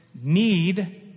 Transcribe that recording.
need